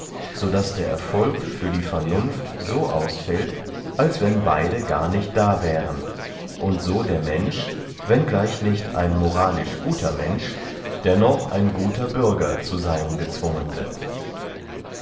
so daß der erfolg für die vernunft so ausfällt als wenn beyde gar nicht da wären und so der mensch wenn gleich nicht ein moralisch guter mensch dennoch ein guter bürger zu seyn gezwungen wird